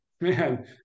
man